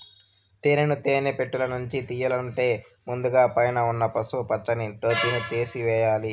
తేనెను తేనె పెట్టలనుంచి తియ్యల్లంటే ముందుగ పైన ఉన్న పసుపు పచ్చని టోపిని తేసివేయల్ల